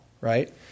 right